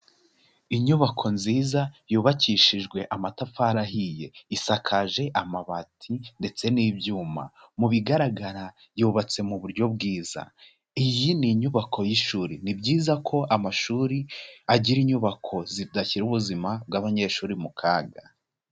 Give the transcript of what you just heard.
Inyubako nziza yubakishijwe amatafari ahiye, isakaje amabati ndetse n'ibyuma, mu bigaragara yubatse mu buryo bwiza, iyi ni inyubako y'ishuri, ni byiza ko amashuri agira inyubako zidashyira ubuzima bw'abanyeshuri mu kaga.